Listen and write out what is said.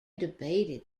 debated